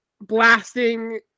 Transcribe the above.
blasting